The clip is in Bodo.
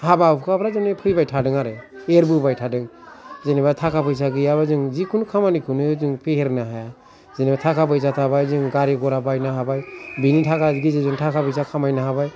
हाबा हुखाफ्रा बिदिनो फैबाय थादों आरो एरबोबाय थादों जेनबा थाखा फैसा गैयाबा जों जेखुनु खामानिखौनो जों फेहेरनो हाया जेनबा थाखा फैसा थाबाय जों गारि गरा बायनो हाबाय बेनि थाखा गेजेरजों थाखा फैसा खामायनो हाबाय